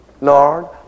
Lord